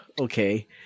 okay